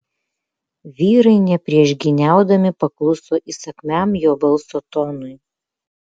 vyrai nepriešgyniaudami pakluso įsakmiam jo balso tonui